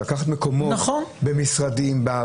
לקחת מקומות במשרדים.